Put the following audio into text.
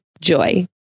Joy